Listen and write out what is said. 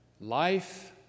life